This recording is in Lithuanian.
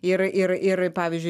ir ir ir pavyzdžiui